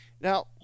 now